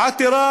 עתירה